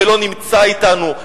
ולא נמצא אתנו,